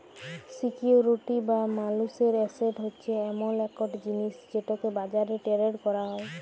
security বা মালুসের asset হছে এমল ইকট জিলিস যেটকে বাজারে টেরেড ক্যরা যায়